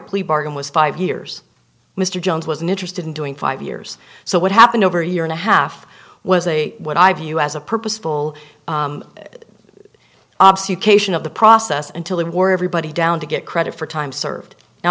plea bargain was five years mr jones wasn't interested in doing five years so what happened over a year and a half was a what i view as a purposeful cation of the process until they were everybody down to get credit for time served now